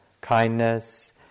kindness